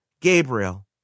Gabriel